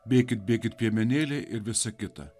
bėkit bėkit piemenėliai ir visa kita